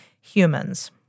humans